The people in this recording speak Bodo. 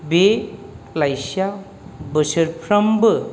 बे लाइयिसा बोसोरफ्रामबो